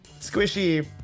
squishy